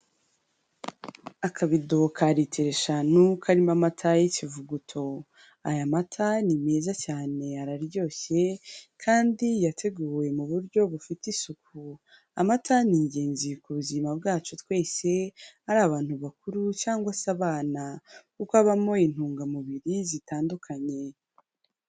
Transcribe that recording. Akabido ka litiro eshanu karimo amata y'ikivuguto. Aya mata ni meza cyane araryoshye kandi yateguwe mu buryo bufite isuku. Amata ni ingenzi ku buzima bwacu twese, ari abantu bakuru cyangwa se abana, kuko abamo intungamubiri zitandukanye.